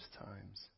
times